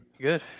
good